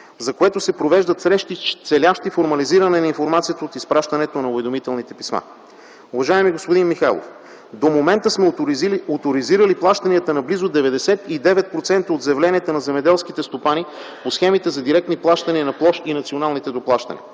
за което се провеждат срещи, целящи формализиране на информацията от изпращането на уведомителните писма. Уважаеми господин Михайлов, до момента сме оторизирали плащанията на близо 99% от заявленията на земеделските стопани по схемите за директни плащания на площ и националните доплащания.